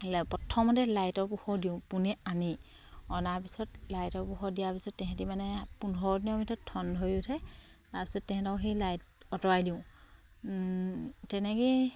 প্ৰথমতে লাইটৰ পোহৰ দিওঁ পোনে আনি অনা পিছত লাইটৰ পোহৰ দিয়াৰ পিছত তেহেঁতি মানে পোন্ধৰ দিনৰ ভিতৰত ঠন ধৰি উঠে তাৰপিছত তেহেঁতক সেই লাইট আঁতৰাই দিওঁ তেনেকেই